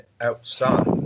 outside